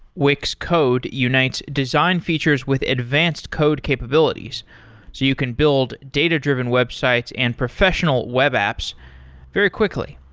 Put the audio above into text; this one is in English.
wix code unites design features with advanced code capabilities, so you can build data-driven websites and professional web apps very quickly.